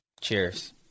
cheers